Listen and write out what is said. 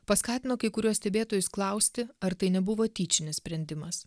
paskatino kai kuriuos stebėtojus klausti ar tai nebuvo tyčinis sprendimas